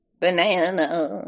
Banana